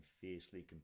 fiercely